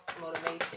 Motivation